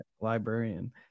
librarian